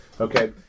Okay